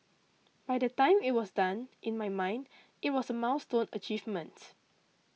by the time it was done in my mind it was a milestone achievement